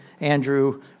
Andrew